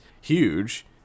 huge